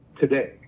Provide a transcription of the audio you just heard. today